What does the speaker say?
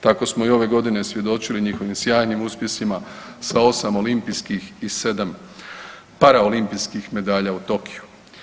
Tako smo i ove godine svjedočili njihovim sjajnim uspjesima sa 8 olimpijskih i 7 paraolimpijskih medalja u Tokiju.